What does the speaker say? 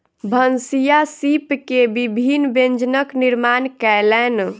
भनसिया सीप के विभिन्न व्यंजनक निर्माण कयलैन